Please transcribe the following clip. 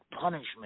punishment